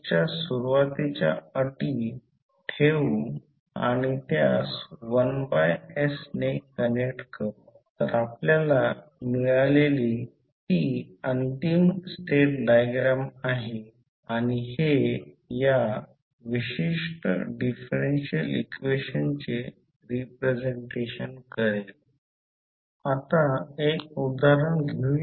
तर कृपया हे स्वतः बनवा स्वतःची ही सर्व समीकरणे लिहा प्रथम सर्किट काढा नंतर हे सर्व थांबवा आणि नंतर सर्किट काढा नंतर ही सर्व समीकरणे एक एक करून लिहा आणि नंतर frequency domain d d t ला j ने बदला आणि मग हे एक समतुल्य 1 पहा हे एकतर एक्ससाईज आहे किंवा सर्वकाही समोर दिले आहे